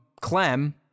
Clem